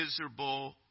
miserable